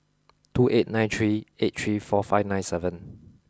two eight nine three eight three four five nine seven